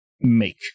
make